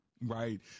Right